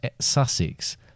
Sussex